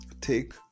take